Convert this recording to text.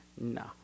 no